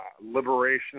liberation